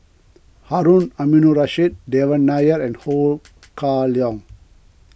Harun Aminurrashid Devan Nair and Ho Kah Leong